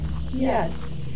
Yes